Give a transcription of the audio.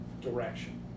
direction